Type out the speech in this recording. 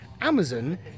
Amazon